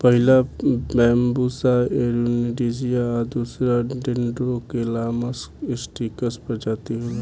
पहिला Bambusa arundinacea आ दूसरका डेन्ड्रोकैलामस स्ट्रीक्ट्स प्रजाति होला